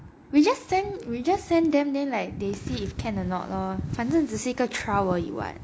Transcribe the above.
we just send we just send them then they like they see if can or not lor 反正只是一个 trial 而已 [what]